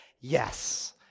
yes